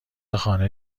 خانه